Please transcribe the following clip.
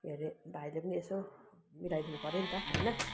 के अरे भाइले पनि यसो मिलाइदिनु पर्यो नि त होइन